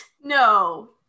No